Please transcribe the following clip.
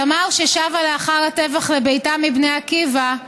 תמר, ששבה לאחר הטבח לביתה מבני עקיבא,